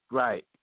right